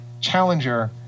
challenger